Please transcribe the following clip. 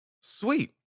Sweet